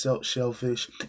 shellfish